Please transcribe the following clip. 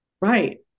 Right